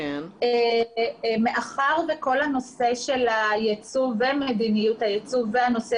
בכל הנושא של היצוא ומדיניות היצוא והנושא